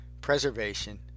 preservation